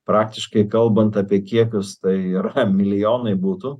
praktiškai kalbant apie kiekius tai yra milijonai būtų